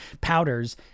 powders